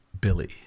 Billy